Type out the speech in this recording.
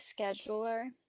scheduler